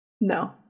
No